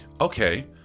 okay